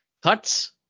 cuts